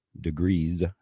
degrees